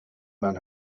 man